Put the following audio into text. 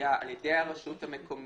הכלבייה על ידי הרשות המקומית